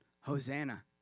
hosanna